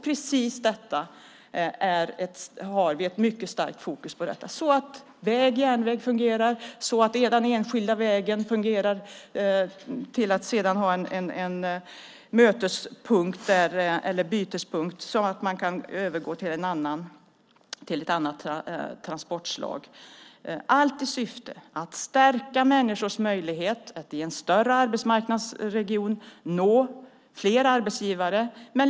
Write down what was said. Vi har ett mycket starkt fokus på att väg och järnväg fungerar, på att den enskilda vägen fungerar och på att ha en bytespunkt så att man kan övergå till ett annat transportslag, allt i syfte att stärka människors möjlighet att i en större arbetsmarknadsregion nå flera arbetsgivare.